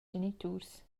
geniturs